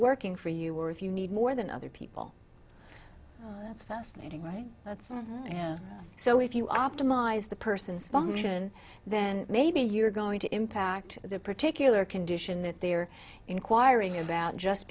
working for you were if you need more than other people that's fascinating right that's so if you optimize the person spawn ssion then maybe you're going to impact the particular condition that they're inquiring about just